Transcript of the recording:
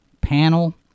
panel